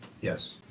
Yes